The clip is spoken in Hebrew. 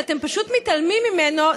שאתם פשוט מתעלמים ממנו,